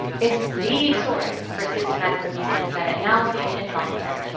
it's the source for systematic reviews and meta-analysis in health care.